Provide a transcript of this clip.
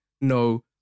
no